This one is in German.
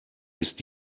ist